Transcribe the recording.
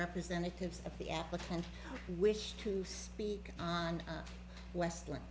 representatives of the applicant wish to speak on west wing